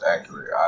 accurate